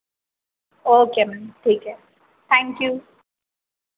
okay ma'am ठीक है thank you